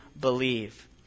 believe